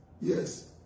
yes